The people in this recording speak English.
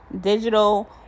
digital